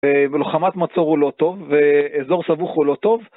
ולוחמת מצור הוא לא טוב, ואזור סבוך הוא לא טוב.